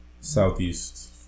Southeast